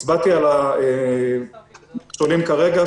הצבעתי על הדברים כרגע,